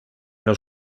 los